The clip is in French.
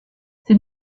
ces